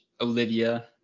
Olivia